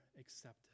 accepted